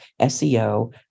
SEO